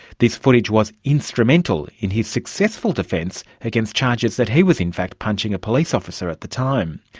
this footage was instrumental in his successful defence against charges that he was in fact punching a police officer at the time.